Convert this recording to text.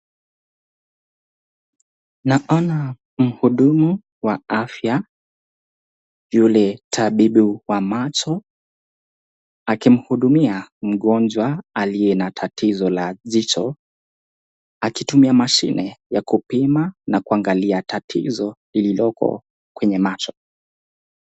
Naona mhudumu wa afya yule tabibu wa macho akimhudumia mgonjwa aliye na tatizo la jicho akitumia mashine ya kupima na kuangalia tatizo lililoko kwenye macho.